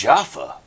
Jaffa